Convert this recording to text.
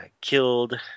killed